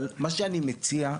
אבל מה שאני מציע,